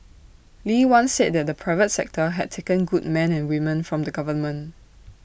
lee once said that the private sector had taken good men and women from the government